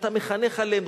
שאתה מחנך עליהם.